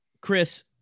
Chris